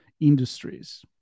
industries